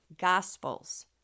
gospels